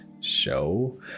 show